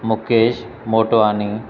Mukesh Motwani